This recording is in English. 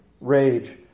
rage